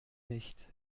nicht